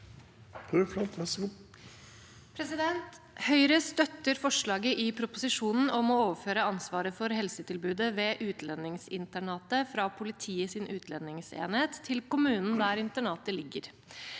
Høyre støtter forsla- get i proposisjonen om å overføre ansvaret for helsetilbudet ved utlendingsinternatet fra Politiets utlendingsenhet til kommunen der internatet ligger.